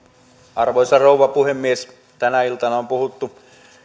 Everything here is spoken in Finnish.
arvoisa rouva puhemies tänä iltana on puhuttu